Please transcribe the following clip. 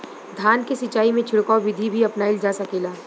धान के सिचाई में छिड़काव बिधि भी अपनाइल जा सकेला?